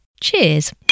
Cheers